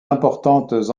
importantes